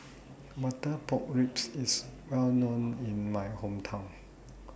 Butter Pork Ribs IS Well known in My Hometown